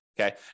Okay